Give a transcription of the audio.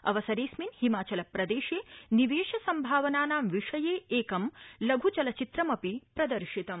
अवसरेऽस्मिन् हिमाचल प्रदेशे निवेश सम्भावनानां विषये एकं लघ् चलचित्रमपि प्रदर्शितम्